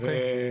אוקיי,